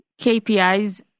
KPIs